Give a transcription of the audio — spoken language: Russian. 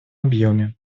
объеме